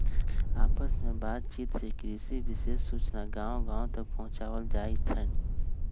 आपस में बात चित से कृषि विशेष सूचना गांव गांव तक पहुंचावल जाईथ हई